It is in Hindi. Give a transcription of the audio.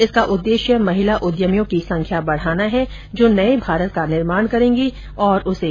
इसका उद्देश्य महिला उद्यमियों की संख्या बढ़ाना है जो नये भारत का निर्माण करेंगी और उसे सशक्त बनायेंगी